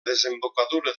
desembocadura